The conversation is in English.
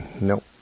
Nope